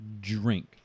drink